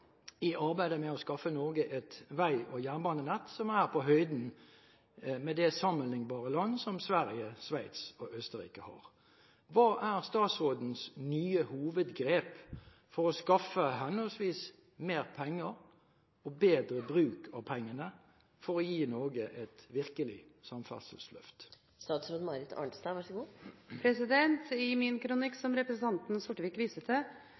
i arbeidet med å skaffe Norge et vei- og jernbanenett som er på høyde med det sammenlignbare land som Sverige, Sveits og Østerrike har. Hva er statsrådens nye hovedgrep for å skaffe henholdsvis mer penger og bedre bruk av pengene for å gi Norge et virkelig samferdselsløft?» I min kronikk, som representanten Sortevik viser til